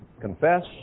confess